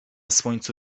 słońcu